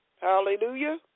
Hallelujah